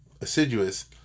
assiduous